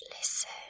listen